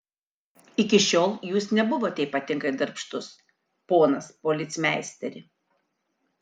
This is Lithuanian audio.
iki šiol jūs nebuvote ypatingai darbštus ponas policmeisteri